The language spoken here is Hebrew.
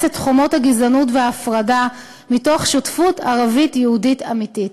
את חומות הגזענות וההפרדה מתוך שותפות ערבית-יהודית אמיתית.